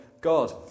God